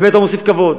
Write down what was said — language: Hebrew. באמת לא מוסיף כבוד.